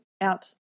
out